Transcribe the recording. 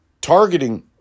targeting